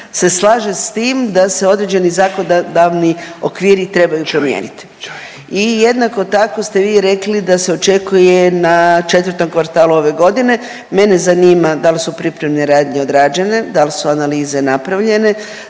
se slaže sa tim da se određeni zakonodavni okviri trebaju promijeniti. I jednako tako ste vi rekli da se očekuje na četvrtom kvartalu ove godine. Mene zanima da li su pripremne radnje odrađene, da li su analize napravljene,